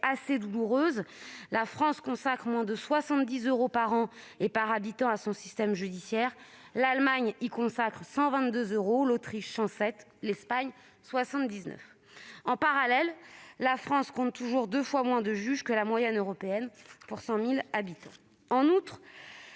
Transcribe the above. assez douloureuse : la France consacre moins de 70 euros par an et par habitant à son système judiciaire, quand l'Allemagne y consacre 122 euros, l'Autriche 107 euros et l'Espagne 79 euros. En parallèle, la France compte toujours deux fois moins de juges que la moyenne européenne pour 100 000 habitants. En outre,